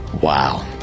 Wow